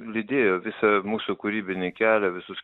lydėjo visą mūsų kūrybinį kelią visus